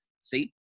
See